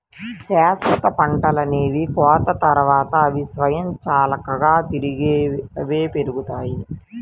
శాశ్వత పంటలనేవి కోత తర్వాత, అవి స్వయంచాలకంగా తిరిగి అవే పెరుగుతాయి